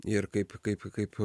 ir kaip kaip kaip